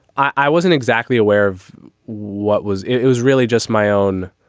i wasn't exactly aware of what was it was really just my own.